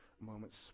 moments